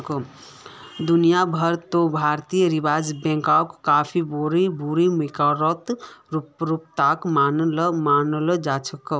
दुनिया भर त भारतीय रिजर्ब बैंकक काफी बोरो बैकेर रूपत मानाल जा छेक